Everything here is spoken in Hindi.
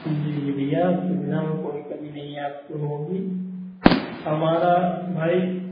जी जी भैया सुविधा में कोई कमी नहीं आपको होगी हमारा भाई